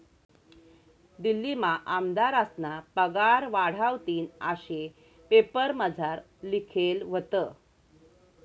दिल्लीमा आमदारस्ना पगार वाढावतीन आशे पेपरमझार लिखेल व्हतं